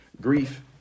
grief